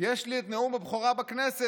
יש לי את נאום הבכורה בכנסת,